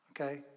okay